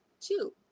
Two